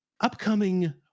upcoming